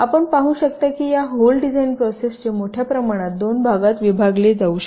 आपण पाहू शकता की या होल डिझाईन प्रोसेसचे मोठ्या प्रमाणात 2 भागात विभागले जाऊ शकते